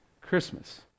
christmas